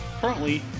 Currently